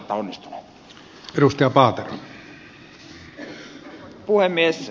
arvoisa puhemies